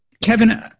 Kevin